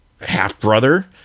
half-brother